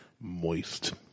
Moist